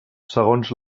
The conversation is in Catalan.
segons